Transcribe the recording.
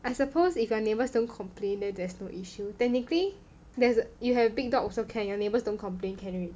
I suppose if your neighbors don't complain then there's no issue technically there's you have big dog also can your neighbors don't complain can already